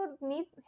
need